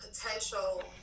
potential